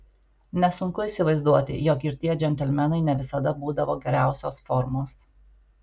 nesunku įsivaizduoti jog ir tie džentelmenai ne visada būdavo geriausios formos